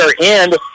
end